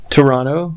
Toronto